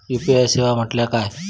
UPI सेवा म्हटल्या काय?